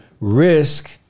risk